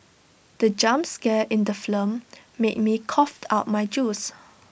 the jump scare in the film made me cough out my juice